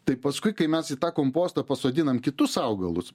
tai paskui kai mes į tą kompostą pasodinam kitus augalus